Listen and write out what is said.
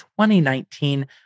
2019